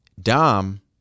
dom